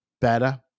better